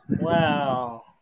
Wow